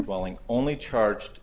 falling only charged